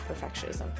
perfectionism